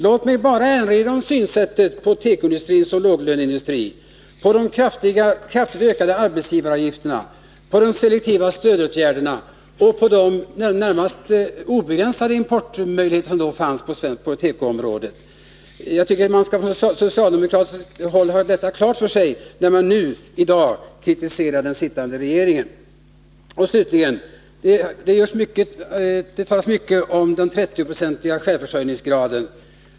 Låt mig bara erinra om synen på tekoindustrin som en låglöneindustri, om de kraftigt ökade arbetsgivaravgifterna, om de selektiva stödåtgärderna och om de närmast obegränsade importmöjligheter som då fanns på tekoområdet. Jag tycker att man från socialdemokratiskt håll skall ha detta klart för sig, när man kritiserar den nu sittande regeringen. Slutligen: Det talas mycket om den 30-procentiga självförsörjningsgraden.